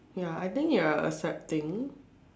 ya I think you're accepting